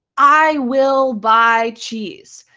i will buy cheese.